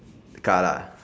the car lah